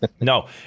No